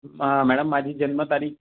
मा मॅडम माझी जन्म तारीख